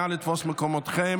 נא לתפוס מקומותיכם,